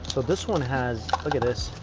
so this one has look at this